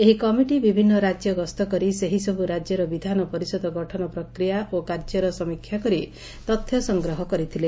ଏହି କମିଟି ବିଭିନ୍ ରାଜ୍ୟ ଗସ୍ତ କରି ସେହିସବୁ ରାଜ୍ୟର ବିଧାନ ପରିଷଦ ଗଠନର ପ୍ରକ୍ରିୟା ଓ କାର୍ଯ୍ୟର ସମୀକ୍ଷା କରି ତଥ୍ୟ ସଂଗ୍ରହ କରିଥିଲେ